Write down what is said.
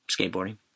Skateboarding